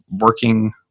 working